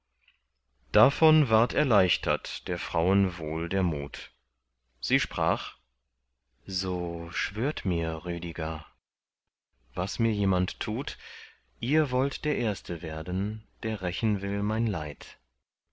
davon ward erleichtert der frauen wohl der mut sie sprach so schwört mir rüdiger was mir jemand tut ihr wollt der erste werden der rächen will mein leid